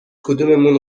کدوممون